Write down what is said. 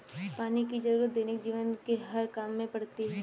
पानी की जरुरत दैनिक जीवन के हर काम में पड़ती है